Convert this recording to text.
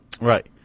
Right